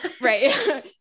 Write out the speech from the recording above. Right